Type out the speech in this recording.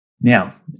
Now